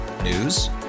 News